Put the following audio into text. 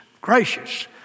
Gracious